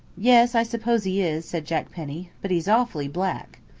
yes, i suppose he is, said jack penny but he's awfully black.